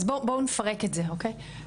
אז בואו נפרק את זה, אוקי?